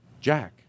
Jack